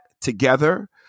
together